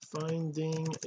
finding